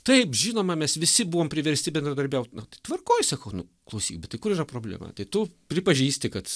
taip žinoma mes visi buvom priversti bendradarbiaut nu tai tvarkoj sakau nu klausyk bet tai kur yra problema tai tu pripažįsti kad